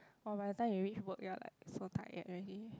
!wah! by the time you reach work you are like so tired already